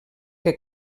que